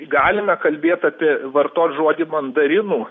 galime kalbėt apie vartot žodį mandarinų